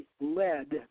led